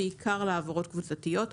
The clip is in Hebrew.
בעיקר להעברות קבוצתיות.